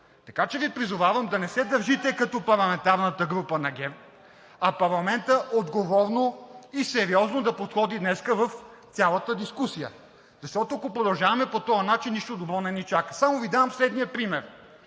Така че Ви призовавам да не се държите като парламентарната група на ГЕРБ, а парламентът отговорно и сериозно да подходи днес в цялата дискусия, защото, ако продължаваме по този начин, нищо добро не ни чака. Само Ви давам следния пример: